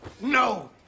No